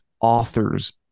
authors